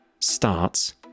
starts